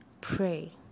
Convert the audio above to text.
pray